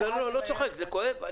צוחק, זה כואב.